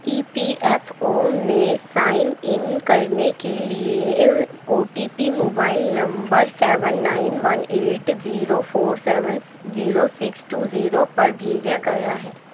ای P F O میں sign in کرنے کے لیے O T P mobile number seven nine one eight zero four seven zero six two zero پر بھیجا گیا ہے